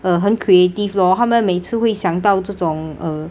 uh 很 creative lor 他们每次会想到这种 uh